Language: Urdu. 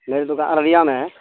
میر دکان ریاان